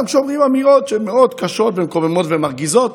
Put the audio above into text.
גם כשאומרים אמירות שהן קשות מאוד ומקוממות ומרגיזות,